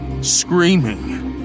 screaming